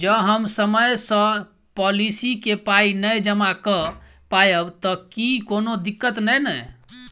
जँ हम समय सअ पोलिसी केँ पाई नै जमा कऽ पायब तऽ की कोनो दिक्कत नै नै?